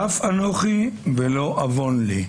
חף אנכי ולא עוון לי".